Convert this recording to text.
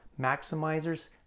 maximizers